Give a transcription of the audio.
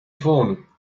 phone